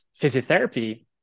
physiotherapy